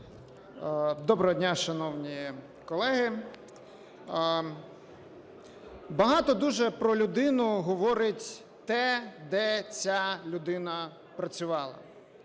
Доброго дня, шановні колеги. Багато дуже про людину говорить те, де ця людина працювала.